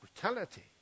Brutality